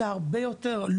זה הרבה יותר,